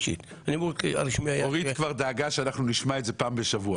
אורית דאגה שאנחנו נשמע את זה פעם בשבוע.